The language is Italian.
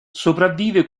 sopravvive